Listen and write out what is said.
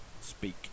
speak